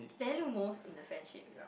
value most in the friendsip